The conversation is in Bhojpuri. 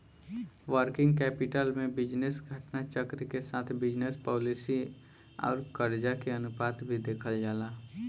वर्किंग कैपिटल में बिजनेस घटना चक्र के साथ बिजनस पॉलिसी आउर करजा के अनुपात भी देखल जाला